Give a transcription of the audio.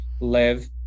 live